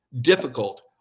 difficult